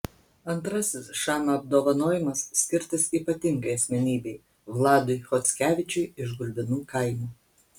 antrasis šama apdovanojimas skirtas ypatingai asmenybei vladui chockevičiui iš gulbinų kaimo